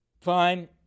Fine